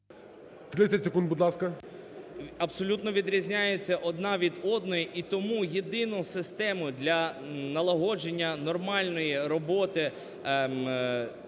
30 секунд, будь ласка. РИБАК І.П. Абсолютно відрізняються одна від одної, і тому єдину систему для налагодження нормальної роботи